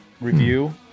review